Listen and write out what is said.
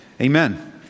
Amen